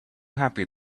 happy